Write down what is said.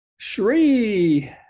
Shree